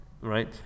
Right